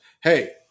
hey